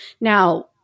Now